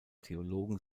theologen